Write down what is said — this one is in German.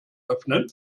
öffnen